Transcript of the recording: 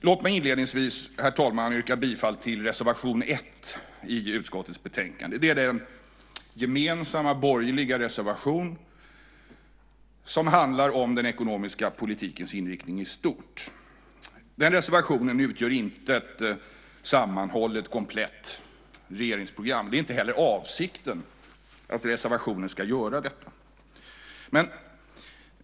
Låt mig inledningsvis, herr talman, yrka bifall till reservation 1 i utskottets betänkande. Det är den gemensamma borgerliga reservation som handlar om den ekonomiska politikens inriktning i stort. Den reservationen utgör inte ett sammanhållet komplett regeringsprogram. Det är inte heller avsikten att reservationen ska göra det.